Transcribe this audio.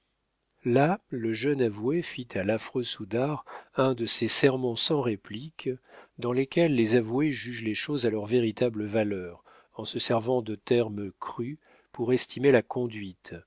là le jeune avoué fit à l'affreux soudard un de ces sermons sans réplique dans lesquels les avoués jugent les choses à leur véritable valeur en se servant de termes crus pour estimer la conduite